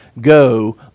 go